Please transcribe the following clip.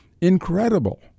incredible